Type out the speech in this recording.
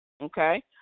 Okay